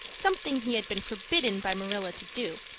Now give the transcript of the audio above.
something he had been forbidden by marilla to do,